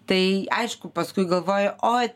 tai aišku paskui galvoju ot